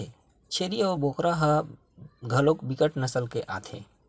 छेरीय अऊ बोकरा ह घलोक बिकट नसल के आथे